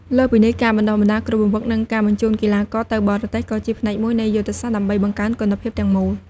លើសពីនេះ ការបណ្ដុះបណ្ដាលគ្រូបង្វឹក និងការបញ្ជូនកីឡាករទៅបរទេស ក៏ជាផ្នែកមួយនៃយុទ្ធសាស្ត្រដើម្បីបង្កើនគុណភាពទាំងមូល។